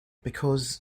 because